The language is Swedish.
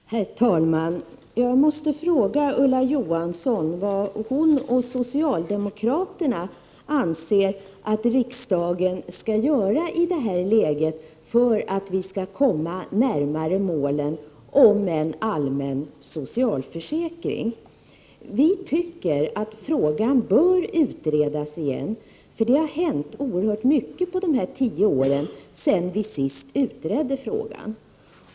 Herr talman! Jag måste fråga Ulla Johansson vad hon och socialdemokraterna i övrigt anser att riksdagen skall göra i det här läget för att vi skall komma närmare målet en allmän socialförsäkring. Vi tycker att frågan bör utredas igen, eftersom det har hänt oerhört mycket under de tio år som gått sedan vi senast utredde frågan.